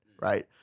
right